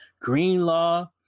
Greenlaw